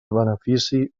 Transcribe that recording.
benefici